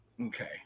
Okay